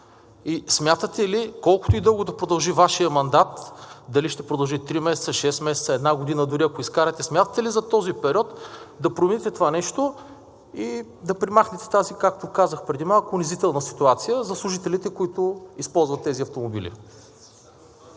на чужд език? Колкото и дълго да продължи Вашият мандат – дали ще продължи три месеца, шест месеца, една година дори ако изкарате, смятате ли за този период да промените това нещо и да премахнете тази, както казах преди малко, унизителна ситуация за служителите, които използват тези автомобили?